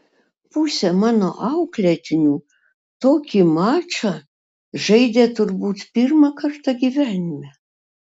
pusė mano auklėtinių tokį mačą žaidė turbūt pirmą kartą gyvenime